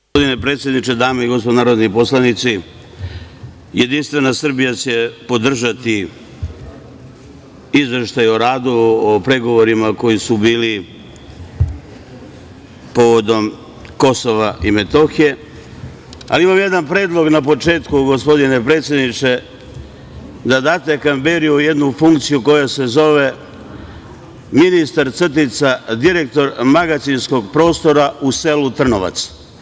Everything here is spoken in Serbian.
Gospodine predsedniče, dame i gospodo narodni poslanici, JS će podržati izveštaj o radu, o pregovorima koji su bili povodom Kosova i Metohije, ali imam jedan predlog na početku, gospodine predsedničke, da date Kamberiju jednu funkciju koja se zove ministar crtica direktor magacinskog prostora u selu Trnovac.